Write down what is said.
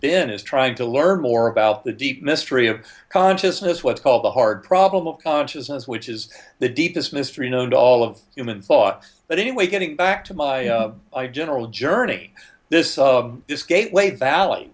been is trying to learn more about the deep mystery of consciousness what's called the hard problem of consciousness which is the deepest mystery known to all of human thought but anyway getting back to my general journey this this gateway valley